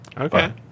Okay